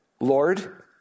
Lord